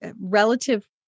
relative